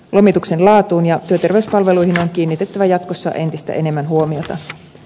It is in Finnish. lomituksen laatuun ja työterveyspalveluihin on kiinnitettävä jatkossa entistä enemmän huomiota